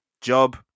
job